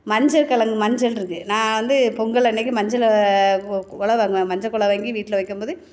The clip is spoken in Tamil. மஞ்சள் கெழங்கு மஞ்சள் இருக்குது நான் வந்து பொங்கல் அன்றைக்கு மஞ்சளை கொ குலை வாங்குவோம் மஞ்சள் குலை வாங்கி வீட்டில் வைக்கும் போது